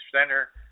Center